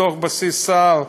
בתוך בסיס צה"ל,